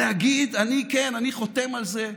להגיד: כן, אני חותם על זה?